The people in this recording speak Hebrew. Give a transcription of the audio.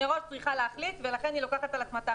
היא מראש צריכה להחליט ולכן היא לוקחת על עצמה את